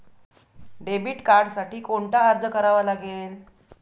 Debit कार्डसाठी कोणता अर्ज करावा लागेल?